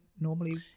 normally